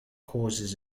causes